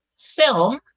film